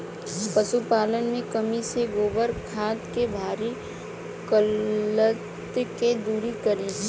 पशुपालन मे कमी से गोबर खाद के भारी किल्लत के दुरी करी?